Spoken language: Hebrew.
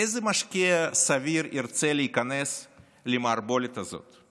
איזה משקיע סביר ירצה להיכנס למערבולת הזאת?